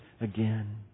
again